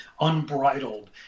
unbridled